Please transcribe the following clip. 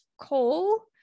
coal